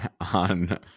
on